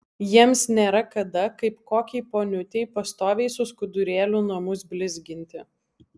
jiems nėra kada kaip kokiai poniutei pastoviai su skudurėliu namus blizginti